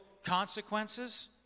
consequences